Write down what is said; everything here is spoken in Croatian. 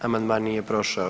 Amandman nije prošao.